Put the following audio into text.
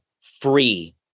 free